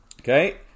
Okay